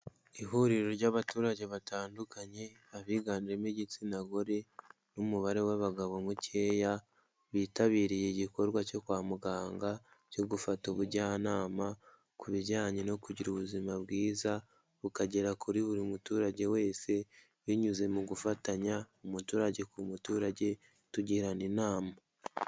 Ihuriro ry'abaturage batandukanye, abiganjemo igitsina gore n'umubare w'abagabo mukeya, bitabiriye igikorwa cyo kwa muganga cyo gufata ubujyanama ku bijyanye no kugira ubuzima bwiza ,bukagera kuri buri muturage wese binyuze mu gufatanya umuturage ku muturage tugirana inama.